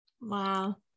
Wow